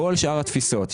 כל שאר התפיסות,